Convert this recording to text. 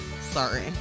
Sorry